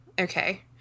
Okay